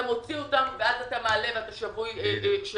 אתה מוציא אותם ואז אתה מעלה ואתה שבוי של